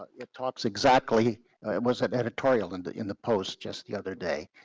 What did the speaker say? it. it talks exactly, it was an editorial and in the post just the other day,